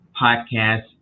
podcast